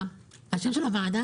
הוועדה